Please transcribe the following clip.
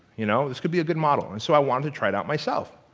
you know? this could be a good model. and so i wanted to try it out myself.